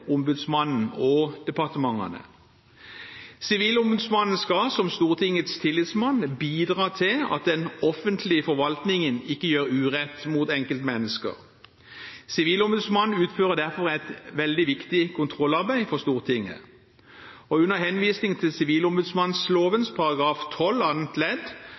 ombudsmannen og departementene. Sivilombudsmannen skal, som Stortingets tillitsmann, bidra til at den offentlige forvaltningen ikke gjør urett mot enkeltmennesker. Sivilombudsmannen utfører derfor et veldig viktig kontrollarbeid for Stortinget. Under henvisning til sivilombudsmannsloven § 12 annet ledd